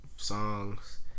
songs